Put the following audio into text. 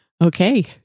Okay